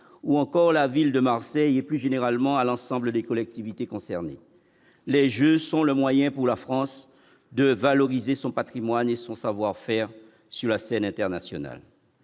ou encore la ville de Marseille et plus généralement à l'ensemble des collectivités concernées, les jeux sont le moyen pour la France de valoriser son Patrimoine et son savoir-faire sur la scène internationale.